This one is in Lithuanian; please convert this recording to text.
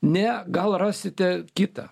ne gal rasite kitą